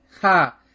Ha